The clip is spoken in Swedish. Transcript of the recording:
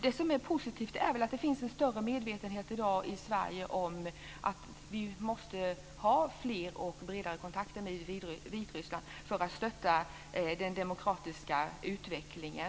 Det som är positivt är att det finns en större medvetenhet i Sverige i dag om att vi måste ha fler och bredare kontakter med Vitryssland för att stötta den demokratiska utvecklingen.